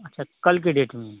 अच्छा कल की डेट में